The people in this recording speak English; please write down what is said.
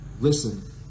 Listen